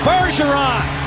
Bergeron